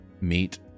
meet